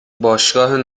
باشگاه